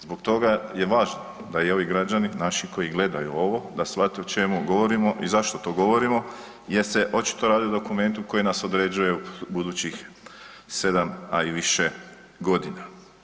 Zbog toga je važno da i ovi građani, naši, koji gledaju ovo, da shvate o čemu govorimo i zašto to govorimo jer se očito radi o dokumenti koji nas određuje u budućih 7, a i više godina.